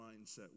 mindset